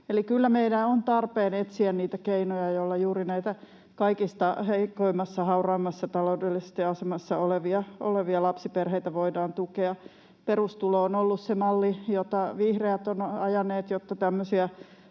Eli kyllä meidän on tarpeen etsiä niitä keinoja, joilla juuri näitä kaikista heikoimmassa, hauraimmassa taloudellisessa asemassa olevia lapsiperheitä voidaan tukea. Perustulo on ollut se malli, jota vihreät ovat ajaneet, jotta tämmöisiä